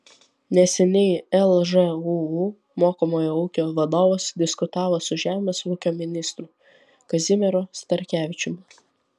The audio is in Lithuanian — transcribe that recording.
neseniai lžūu mokomojo ūkio vadovas diskutavo su žemės ūkio ministru kazimieru starkevičiumi